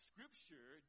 Scripture